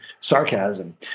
sarcasm